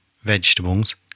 vegetables